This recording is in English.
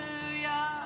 hallelujah